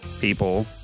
people